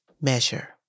measure